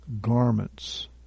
Garments